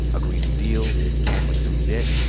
a green new deal, cancelling student debt,